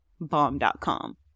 bomb.com